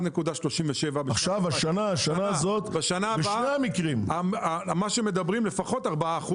של 1.37%. בשנה הזו מדברים על עליה של לפחות 4%,